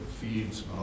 feeds